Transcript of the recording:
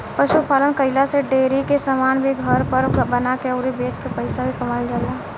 पशु पालन कईला से डेरी के समान भी घर पर बना के अउरी बेच के पईसा भी कमाईल जाला